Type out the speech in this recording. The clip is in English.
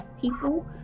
people